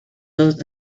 those